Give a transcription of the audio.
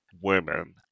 women